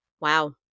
Wow